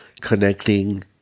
connecting